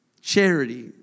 charity